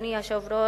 אדוני היושב-ראש,